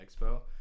expo